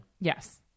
Yes